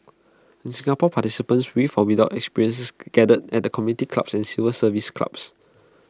in Singapore participants with for without experience gathered at the community clubs and civil service clubs